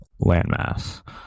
landmass